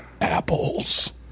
apples